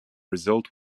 result